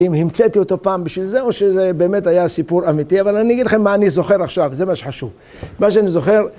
אם המצאתי אותו פעם בשביל זה, או שזה באמת היה סיפור אמיתי. אבל אני אגיד לכם מה אני זוכר עכשיו, זה מה שחשוב. מה שאני זוכר...